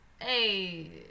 Hey